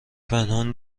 پنهون